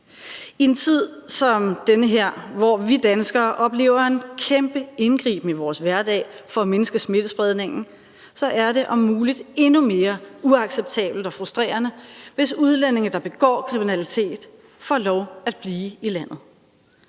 I en tid som den her, hvor vi danskere oplever en kæmpe indgriben i vores hverdag for at mindske smittespredningen, er det om muligt endnu mere uacceptabelt og frustrerende, hvis udlændinge, der begår kriminalitet, får lov at blive i landet.